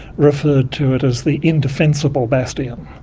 referred to it as the indefensible bastion,